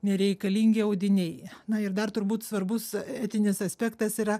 nereikalingi audiniai na ir dar turbūt svarbus etinis aspektas yra